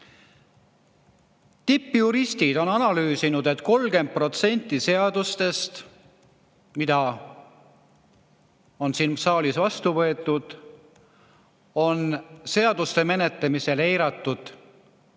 Tippjuristid on analüüsinud, et 30% seaduste puhul, mis on siin saalis vastu võetud, on menetlemisel eiratud